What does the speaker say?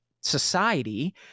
society